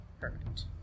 Perfect